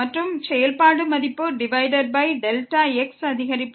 மற்றும் செயல்பாட்டின் மதிப்பு டிவைடட் பை டெல்டா x அதிகரிப்பு